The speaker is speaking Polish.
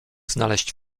znaleźć